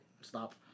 stop